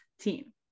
team